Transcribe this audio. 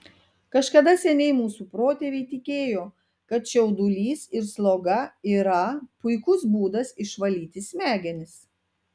kažkada seniai mūsų protėviai tikėjo kad čiaudulys ir sloga yra puikus būdas išvalyti smegenis